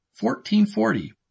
1440